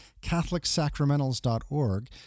catholicsacramentals.org